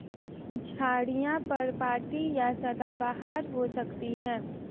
झाड़ियाँ पर्णपाती या सदाबहार हो सकती हैं